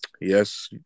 yes